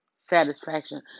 satisfaction